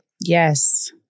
Yes